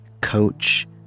coach